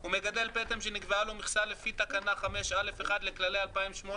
הוא מגדל פטם שנקבעה לו מכסה לפי תקנה 5(א)(1) לכללי 2018,